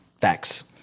facts